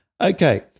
okay